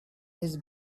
his